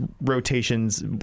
rotations